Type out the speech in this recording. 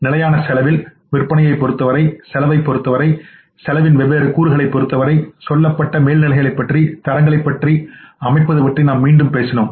நிலையான செலவில் விற்பனையைப் பொறுத்தவரை செலவைப் பொறுத்தவரை செலவின் வெவ்வேறு கூறுகளைப் பொறுத்தவரை சொல்லப்பட்ட மேல்நிலைகளைப் பற்றி தரங்களை அமைப்பது பற்றி நாம் மீண்டும் பேசினோம்